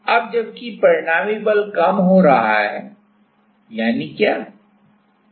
अब जबकि परिणामी बल कम हो रहा है यानी क्या